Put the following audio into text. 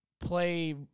play